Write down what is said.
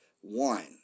One